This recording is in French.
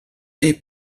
est